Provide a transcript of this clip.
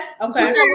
Okay